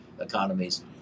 economies